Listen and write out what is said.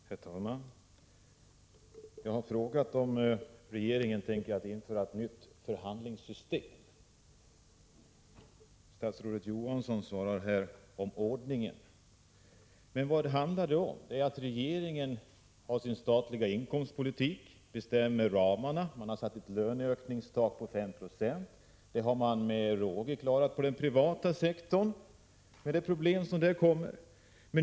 Herr talman! Jag har frågat om regeringen tänker införa ett nytt förhandlingssystem. Statsrådet Johansson svarar här om ordningen. Men vad handlar det om? Regeringen har sin statliga inkomstpolitik och bestämmer ramarna. Man har satt ett löneökningstak på 5 26. Det har man med råge klarat på den privata sektorn — med de problem som där råder.